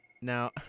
now